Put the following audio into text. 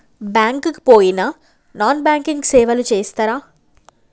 Bank కి పోయిన non banking సేవలు చేస్తరా?